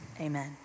Amen